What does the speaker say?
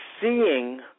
seeing